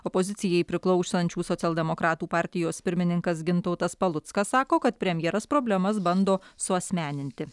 opozicijai priklausančių socialdemokratų partijos pirmininkas gintautas paluckas sako kad premjeras problemas bando suasmeninti